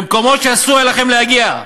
במקומות שאסור היה לכם להגיע,